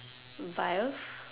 vilf